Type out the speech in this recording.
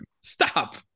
stop